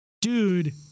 Dude